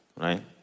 right